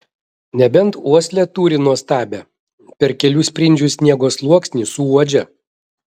nebent uoslę turi nuostabią per kelių sprindžių sniego sluoksnį suuodžia